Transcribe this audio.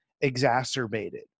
exacerbated